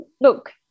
Look